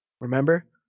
Remember